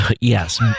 Yes